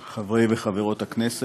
לא כשאנחנו מדברים על יהודי התפוצות שכרגע